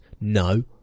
No